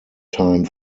time